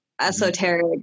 esoteric